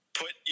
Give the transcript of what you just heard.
put